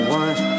one